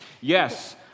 Yes